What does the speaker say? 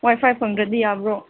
ꯋꯥꯏ ꯐꯥꯏ ꯐꯪꯗ꯭ꯔꯗꯤ ꯌꯥꯕ꯭ꯔꯣ